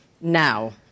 now